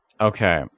Okay